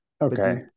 Okay